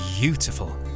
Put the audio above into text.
beautiful